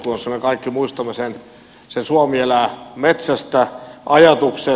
me kaikki muistamme sen suomi elää metsästä ajatuksen